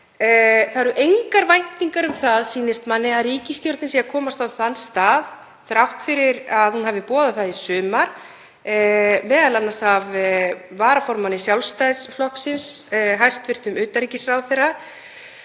Það eru engar væntingar um það, sýnist manni, að ríkisstjórnin sé að komast á annan stað þrátt fyrir að hún hafi boðað það í sumar, m.a. varaformaður Sjálfstæðisflokksins, hæstv. utanríkisráðherra,